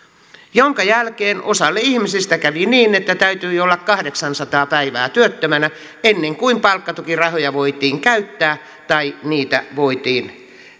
minkä jälkeen osalle ihmisistä kävi niin että täytyi olla kahdeksansataa päivää työttömänä ennen kuin palkkatukirahoja voitiin käyttää tai niitä voitiin